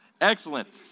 Excellent